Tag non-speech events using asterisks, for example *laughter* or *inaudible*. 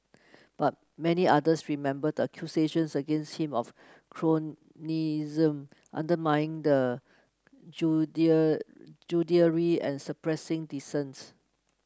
but many others remember the accusations against him of cronyism undermining the *unintelligible* and suppressing dissent